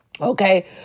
Okay